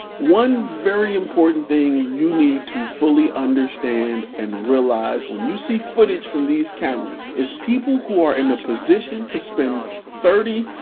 one very important thing you need to fully understand and realize when you see footage from these cameras is people who are in a position to spend thirty,